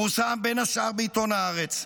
פורסם בין השאר בעיתון הארץ,